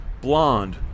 blonde